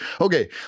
Okay